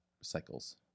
cycles